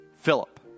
Philip